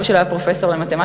אבא שלו היה פרופסור למתמטיקה,